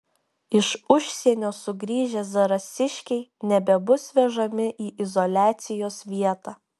iš užsienio sugrįžę zarasiškiai nebebus vežami į izoliacijos vietą